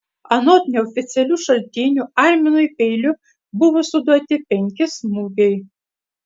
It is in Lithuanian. anot neoficialių šaltinių arminui peiliu buvo suduoti penki smūgiai